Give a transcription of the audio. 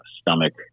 stomach